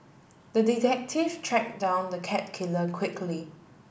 the detective track down the cat killer quickly